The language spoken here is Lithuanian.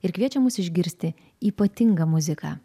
ir kviečia mus išgirsti ypatingą muziką